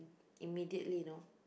immediately you know